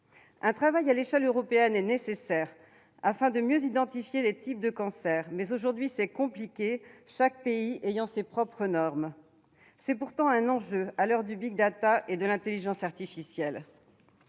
Un travail à l'échelle européenne est nécessaire afin de mieux identifier les types de cancer. Mais aujourd'hui c'est compliqué, chaque pays ayant ses propres normes ».« C'est pourtant un enjeu, à l'heure du et de l'intelligence artificielle.